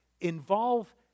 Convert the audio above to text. involve